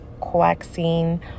coaxing